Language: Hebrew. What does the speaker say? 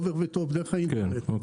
האינטרנט.